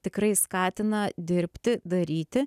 tikrai skatina dirbti daryti